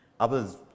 Others